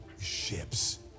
ships